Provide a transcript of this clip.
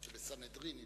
בסנהדרין.